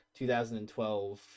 2012